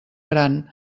gran